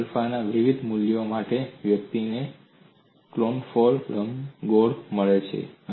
અને આલ્ફાના વિવિધ મૂલ્યો માટે વ્યક્તિને કન્ફોકલ લંબગોળ મળે છે